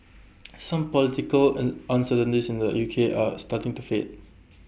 some political un uncertainties in the UK are starting to fade